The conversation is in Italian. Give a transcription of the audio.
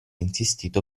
insistito